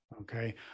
Okay